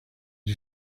you